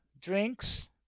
drinks